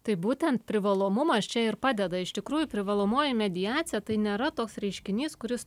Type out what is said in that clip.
taip būtent privalomumas čia ir padeda iš tikrųjų privalomoji mediacija tai nėra toks reiškinys kuris